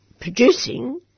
producing